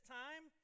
time